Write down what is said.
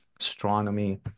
astronomy